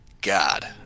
God